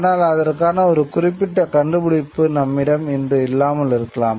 ஆனால் அதற்கான ஒரு குறிப்பிட்ட கண்டுபிடிப்பு நம்மிடம் இன்று இல்லாமல் இருக்கின்றோம்